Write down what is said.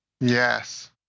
Yes